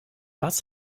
was